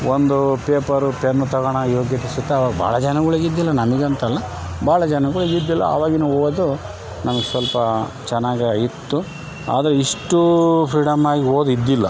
ಒಂದೂ paper pen ತೊಗೋಳೊ ಯೋಗ್ಯತೆ ಸಿಗ್ತಾವೆ ಭಾಳ ಜನಗಳಿಗೆ ಇದ್ದಿಲ್ಲ ನನಗೆ ಅಂತಲ್ಲ ಭಾಳ ಜನಗಳಿಗೆ ಇದ್ದಿಲ್ಲ ಆವಾಗಿನ ಓದು ನಮಗೆ ಸ್ವಲ್ಪ ಚೆನ್ನಾಗಿ ಇತ್ತು ಆದರೆ ಇಷ್ಟು ಫ್ರೀಡಮಾಗಿ ಓದು ಇದ್ದಿಲ್ಲ